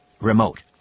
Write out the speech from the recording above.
remote